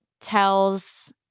tells